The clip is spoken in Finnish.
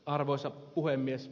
arvoisa puhemies